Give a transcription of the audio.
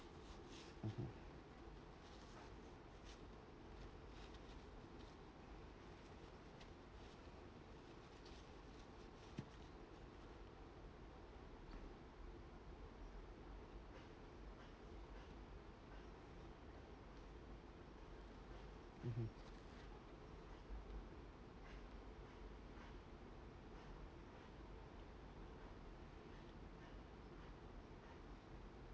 mmhmm mmhmm